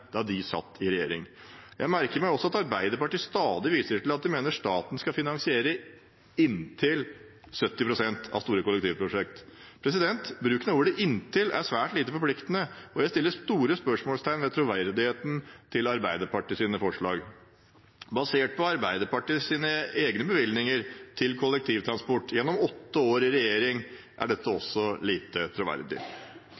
da de selv satt i regjering. Jeg merker meg også at Arbeiderpartiet stadig viser til at de mener staten skal finansiere «inntil» 70 pst. av store kollektivprosjekter. Bruken av ordet «inntil» er svært lite forpliktende, og jeg setter store spørsmålstegn ved troverdigheten i Arbeiderpartiets forslag. Basert på Arbeiderpartiets egne bevilgninger til kollektivtransport gjennom åtte år i regjering er dette